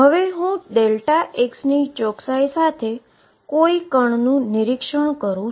હવે હું Δx ની ચોકસાઈ સાથે કોઈ પાર્ટીકલ નું નિરીક્ષણ કરું છું